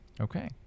Okay